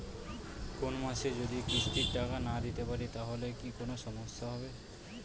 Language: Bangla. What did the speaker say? কোনমাসে যদি কিস্তির টাকা না দিতে পারি তাহলে কি কোন সমস্যা হবে?